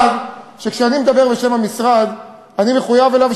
שכשאני מדבר בשם המשרד אני מחויב אליו,